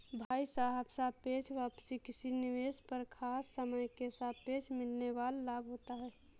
भाई साहब सापेक्ष वापसी किसी निवेश पर खास समय के सापेक्ष मिलने वाल लाभ होता है